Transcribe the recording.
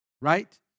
Right